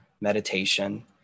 meditation